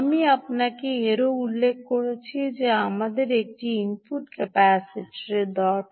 আমি আপনাকে এও উল্লেখ করেছি যে আমাদের একটি ইনপুট ক্যাপাসিটার সি দরকার